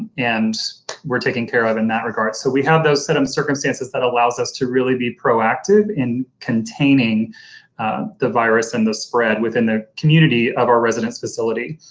and we're taken care of in that regard. so we have those set of circumstances that allows us to really be proactive in containing the virus and the spread within the community of our residence facility.